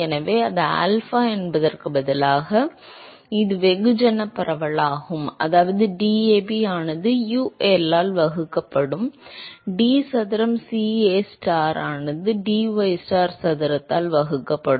எனவே இது ஆல்பா என்பதற்குப் பதிலாக இது வெகுஜனப் பரவல் ஆகும் அதனால் DAB ஆனது UL ஆல் வகுக்கப்படும் d சதுரம் CAstar ஆனது dystar சதுரத்தால் வகுக்கப்படும்